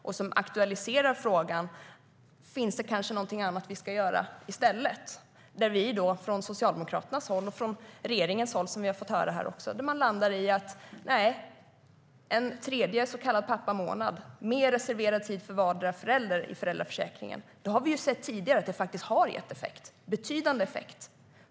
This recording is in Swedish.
Det aktualiserar frågan: Finns det kanske någonting annat som vi kan göra i stället? Socialdemokraterna och regeringen har landat i en tredje så kallad pappamånad och mer reserverad tid för vardera föräldern i föräldraförsäkringen. Vi har ju sett tidigare att det har gett en betydande effekt.